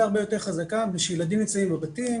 יותר חזקה מפני שילדים נמצאים בבתים,